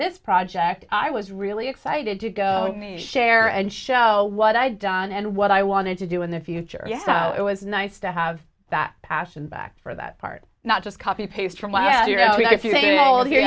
this project i was really excited to go meet share and show what i'd done and what i wanted to do in the future yeah it was nice to have that passion back for that part not just copy paste from